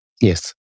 Yes